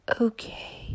Okay